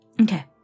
Okay